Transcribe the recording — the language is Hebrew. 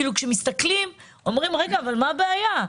כשמסתכלים, אומרים: מה הבעיה?